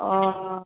ও